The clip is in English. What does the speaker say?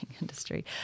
industry